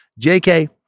JK